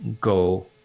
go